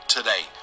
Today